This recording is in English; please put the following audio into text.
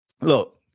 Look